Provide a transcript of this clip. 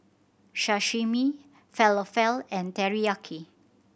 Sashimi Falafel and Teriyaki